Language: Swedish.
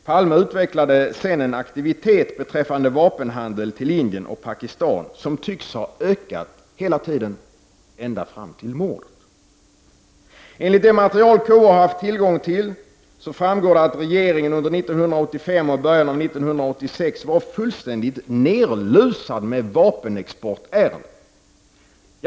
Palme utvecklade sedan en aktivitet beträffande vapenhandeln till Indien och Pakistan, som tycks ha ökat hela tiden ända fram till mordet. Av det material som KU har haft tillgång till framgår att regeringen under 1985 och i början av 1986 varit fullständigt nedlusad av vapenexportärenden.